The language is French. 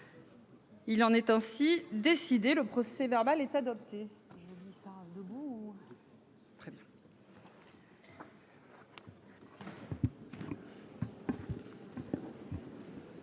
Il en est ainsi décidé le procès verbal est d'autres.